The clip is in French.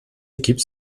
équipes